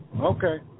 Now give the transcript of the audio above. Okay